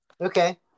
okay